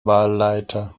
wahlleiter